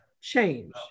change